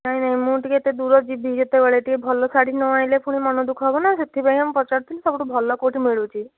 ନାଇଁ ନାଇଁ ମୁଁ ଟିକେ ଏତେ ଦୂର ଯିବି ଯେତେବେଳେ ଟିକେ ଭଲ ଶାଢ଼ୀ ନ ଆଣିଲେ ପୁଣି ମନଦୁଃଖ ହେବନା ସେଥିପାଇଁ କା ମୁଁ ପଚାରୁଥିଲି ସବୁଠୁ ଭଲ କେଉଁଠି ମିଳୁଛି